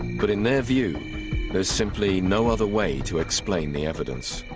but in their view there's simply no other way to explain the evidence